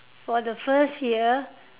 for the first year